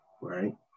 right